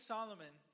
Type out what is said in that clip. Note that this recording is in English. Solomon